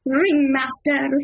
ringmaster